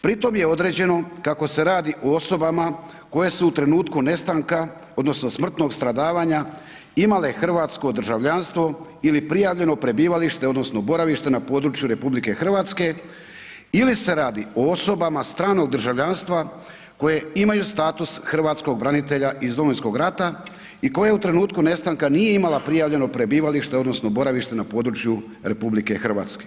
Pri tom je određeno kako se radi o osobama koje su u trenutku nestanka odnosno smrtnog stradavanja imale hrvatsko državljanstvo ili prijavljeno prebivalište odnosno boravište na području RH ili se radi o osobama stranog državljanstva koje imaju status Hrvatskog branitelja iz Domovinskog rata i koje u trenutku nestanka nije imala prijavljeno prebivalište odnosno boravište na području RH.